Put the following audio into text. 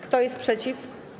Kto jest przeciw?